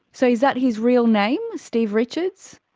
so is that his real name, steve richards?